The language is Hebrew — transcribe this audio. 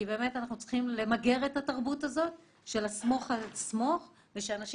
אנחנו צריכים למגר את התרבות הזאת של ה"סמוך" ושאנשים